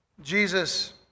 Jesus